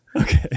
Okay